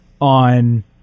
on